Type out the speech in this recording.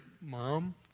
mom